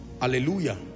Hallelujah